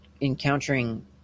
encountering